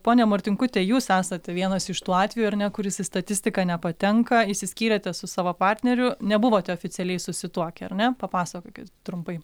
ponia martinkute jūs esate vienas iš tų atvejų ar ne kuris į statistiką nepatenka išsiskyrėte su savo partneriu nebuvote oficialiai susituokę ar ne papasakokit trumpai